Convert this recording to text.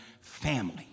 family